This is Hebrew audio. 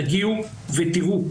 תגיעו ותיראו.